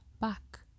Back